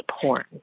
porn